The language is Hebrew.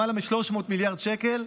למעלה מ-300 מיליארד שקל,